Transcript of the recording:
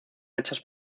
hechas